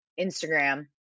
Instagram